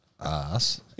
ass